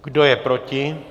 Kdo je proti?